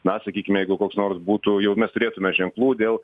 na sakykime jeigu koks nors būtų jau mes turėtume ženklų dėl